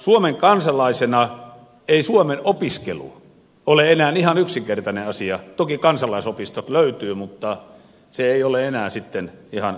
suomen kansalaisena ei suomen opiskelu ole enää ihan yksinkertainen asia toki kansalaisopistot löytyvät mutta se ei ole enää sitten ihan yksinkertainen asia